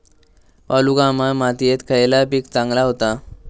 वालुकामय मातयेत खयला पीक चांगला होता?